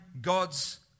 God's